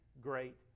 great